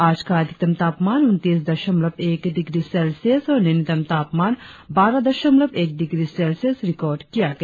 आज का अधिकतम तापमान उन्तीस दशमलव एक डिग्री सेल्सियस और न्यूनतम तापमान बारह दशमलव एक डिग्री सेल्सियस रिकार्ड किया गया